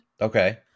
okay